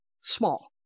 small